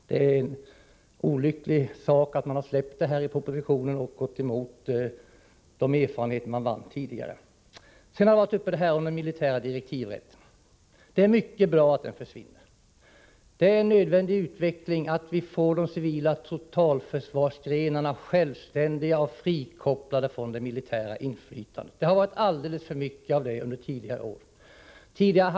Det är olyckligt att man släppt den frågan i propositionen och gått emot de erfarenheter som man tidigare vunnit. Också den militära direktivrätten har varit uppe till diskussion. Det är — Nr 53 mycket bra att den försvinner. Det är en nödvändig utveckling att de civila Fredagen den totalförsvarsgrenarna blir självständiga och frikopplade från det militära 14 december 1984 inflytandet. Det har varit alldeles för mycket av sådant inflytande under tidigare år.